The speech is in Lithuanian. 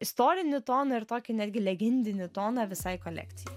istorinį toną ir tokį netgi legendinį toną visai kolekcijai